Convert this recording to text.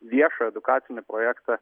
viešą edukacinį projektą